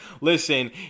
listen